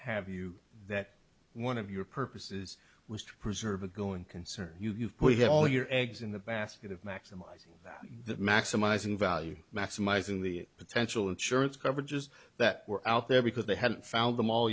have you that one of your purposes was to preserve a going concern you've put your all your eggs in the basket of maximizing that maximizing value maximizing the potential insurance coverage is that were out there because they hadn't found them all